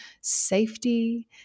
safety